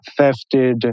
thefted